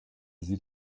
sie